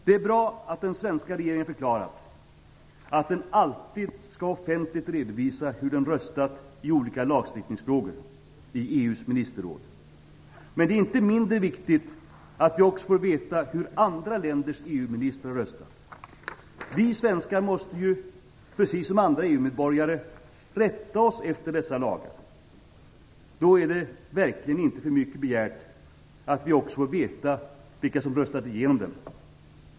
Det är bra att den svenska regeringen förklarat att den alltid skall offentligt redovisa hur den röstat i olika lagstiftningsfrågor i EU:s ministerråd. Men det är inte mindre viktigt att vi också får veta hur andra länders EU-ministrar röstat. Vi svenskar måste ju - precis som andra EU-medborgare - rätta oss efter dessa lagar. Då är det, verkligen, inte för mycket begärt att vi också får veta vilka som röstat igenom dem.